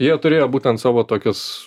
jie turėjo būtent savo tokius